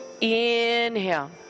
Inhale